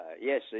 yes